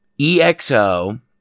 EXO